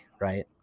right